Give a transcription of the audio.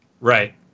Right